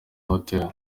hotel